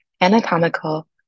anatomical